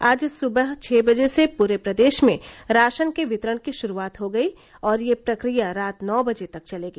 आज सुबह छः बजे से पूरे प्रदेश में राशन के वितरण की शुरुआत हो गई और ये प्रक्रिया रात नौ बजे तक चलेगी